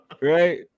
right